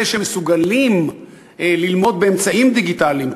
אלה שמסוגלים ללמוד באמצעים דיגיטליים,